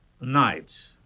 night